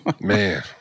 Man